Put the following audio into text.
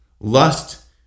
Lust